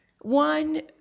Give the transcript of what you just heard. One